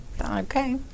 Okay